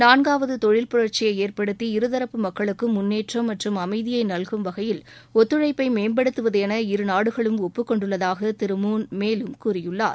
நான்காவது தொழில் பரட்சியை ஏற்படுத்தி இருதரப்பு மக்களுக்கும் முன்னேற்றம் மற்றும் அமைதியை நல்கும் வகையில் ஒத்துழைப்பை மேம்படுத்துவது என இரு நாடுகளும் ஒப்புக் கொண்டுள்ளதாக திரு மூன் மேலும் கூறியுள்ளார்